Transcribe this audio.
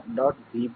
b' c'